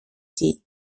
дій